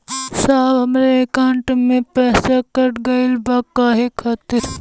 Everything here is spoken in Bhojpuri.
साहब हमरे एकाउंट से पैसाकट गईल बा काहे खातिर?